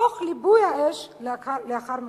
תוך ליבוי האש לאחר מכן.